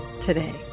today